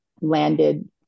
landed